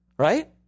Right